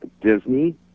Disney